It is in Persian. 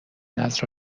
نذر